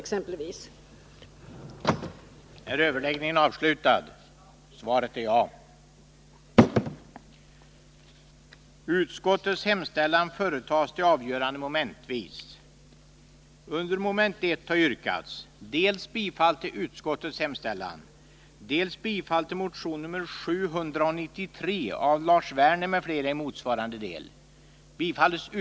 utbildning m.fl.